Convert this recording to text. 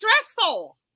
stressful